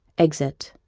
exit